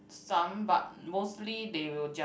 some but mostly they will just